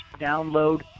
download